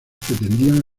pretendían